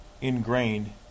ingrained